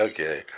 Okay